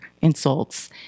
insults